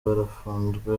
barafunzwe